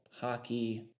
hockey